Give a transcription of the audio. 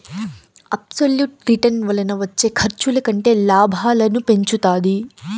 absolute return వలన వచ్చే ఖర్చుల కంటే లాభాలను పెంచుతాది